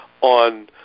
on